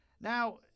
Now